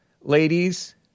ladies